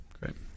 great